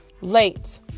late